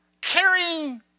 carrying